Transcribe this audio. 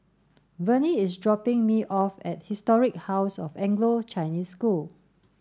Verne is dropping me off at Historic House of Anglo Chinese School